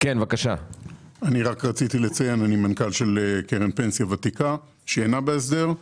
אני מנכ"ל של קרן פנסיה שאינה בהסדר,